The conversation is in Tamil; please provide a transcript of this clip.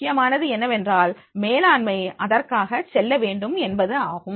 முக்கியமானது என்னவென்றால் மேலாண்மை அதற்காக செல்லவேண்டும் என்பது ஆகும்